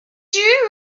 you